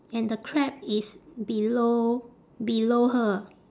and the crab is below below her